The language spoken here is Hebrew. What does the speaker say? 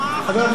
בבקשה.